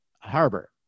Harbor